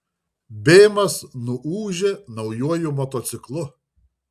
bėmas nuūžė naujuoju motociklu